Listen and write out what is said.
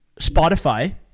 Spotify